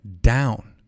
down